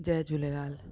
Jay Jhulelal